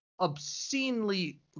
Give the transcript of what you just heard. obscenely